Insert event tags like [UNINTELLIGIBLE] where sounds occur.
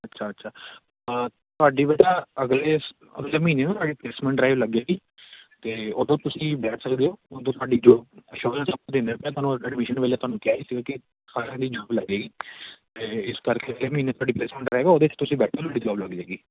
ਅੱਛਾ ਅੱਛਾ ਤੁਹਾਡੀ ਬੇਟਾ ਅਗਲੇ ਸ ਅਗਲੇ ਮਹੀਨੇ ਨਾ ਤੁਹਾਡੀ ਪਲੇਸਮੈਂਟ ਡਰਾਈਵ ਲੱਗੇਗੀ ਅਤੇ ਉਦੋਂ ਤੁਸੀਂ ਬੈਠ ਸਕਦੇ ਹੋ ਉਦੋਂ ਸਾਡੀ ਜੋ ਇੰਨਸ਼ੋਰੈਂਸ ਕੰਪਨੀ [UNINTELLIGIBLE] ਐਡਮਿਸ਼ਨ ਵੇਲੇ ਤੁਹਾਨੂੰ ਕਿਹਾ ਸੀ ਕਿ ਸਾਰਿਆਂ ਦੀ ਜੋਬ ਲੱਗੇਗੀ ਅਤੇ ਇਸ ਕਰਕੇ ਅਗਲੇ ਮਹੀਨੇ ਤੁਹਾਡੀ ਪਲੇਸਮੈਂਟ [UNINTELLIGIBLE] ਉਹਦੇ 'ਚ ਤੁਸੀਂ ਬੈਠੋ ਤੁਹਾਡੀ ਜੋਬ ਲੱਗ ਜੇਗੀ